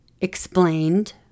explained